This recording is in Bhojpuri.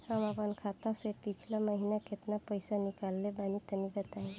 हम आपन खाता से पिछला महीना केतना पईसा निकलने बानि तनि बताईं?